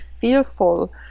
fearful